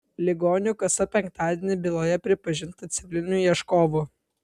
ligonių kasa penktadienį byloje pripažinta civiliniu ieškovu